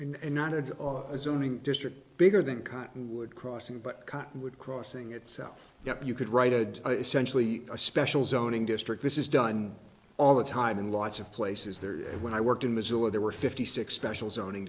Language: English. yes and not at all assuming district bigger than cottonwood crossing but cottonwood crossing itself yeah you could write a essentially a special zoning district this is done all the time in lots of places there and when i worked in missoula there were fifty six special zoning